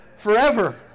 forever